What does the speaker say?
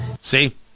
See